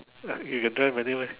ya you can drive manual meh